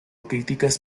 críticas